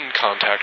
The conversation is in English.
contact